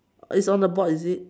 is on the board is it